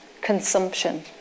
consumption